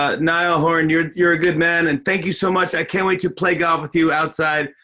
ah niall horan, you're you're a good man and thank you so much. i can't wait to play golf with you outside.